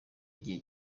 igihe